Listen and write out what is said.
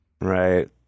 Right